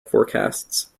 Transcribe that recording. forecasts